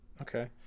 Okay